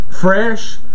Fresh